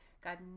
God